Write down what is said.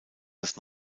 das